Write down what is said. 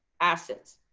assets.